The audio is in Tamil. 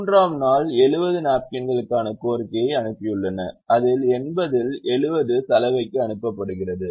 மூன்றாம் நாள் 70 நாப்கின்களுக்கான கோரிக்கையை அனுப்பியுள்ளன அதில் 80 இல் 70 சலவைக்கு அனுப்பப்படுகிறது